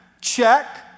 check